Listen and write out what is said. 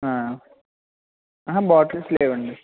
అహ బాటిల్స్ లేవండి